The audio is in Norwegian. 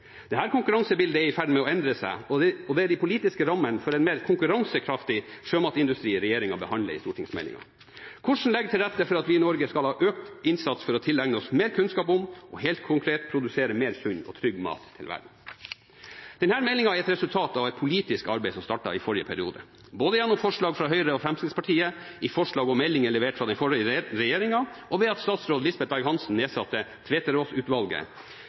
konkurransebildet er i ferd med å endre seg, og det er de politiske rammene for en mer konkurransekraftig sjømatindustri regjeringen behandler i stortingsmeldingen. Hvordan legge til rette for at vi i Norge skal ha økt innsats for å tilegne oss mer kunnskap om, og helt konkret produsere mer sunn og trygg mat til verden? Denne meldingen er et resultat av et politisk arbeid som startet i forrige periode. Både gjennom forslag fra Høyre og Fremskrittspartiet, i forslag og meldinger levert fra den forrige regjeringen, og ved at statsråd Lisbeth Berg-Hansen nedsatte